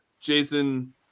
Jason